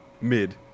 mid